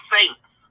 Saints